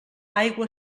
aigua